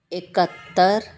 ਇਕੱਤਰ